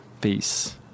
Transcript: Peace